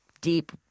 deep